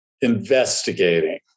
investigating